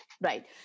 right